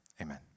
Amen